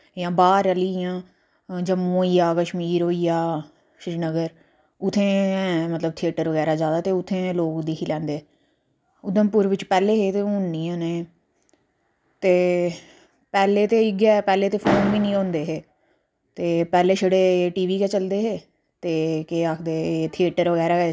उनेंगी रक्खना अग्गें अग्गें ते ओह् करदे न कन्नै गै डांस ते फिर हर इक्क घर जाना उत्थुआं असेंगी त्रिचौली दिंदे न ते बड़ा किश दिंदे न केईं मक्कां दिंदे न केईं तां पैसे दिंदे केईं किश दिंदे मतलब अपनी अपनी मर्ज़ी कन्नै दिंदे होर जियां की साढ़े